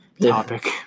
topic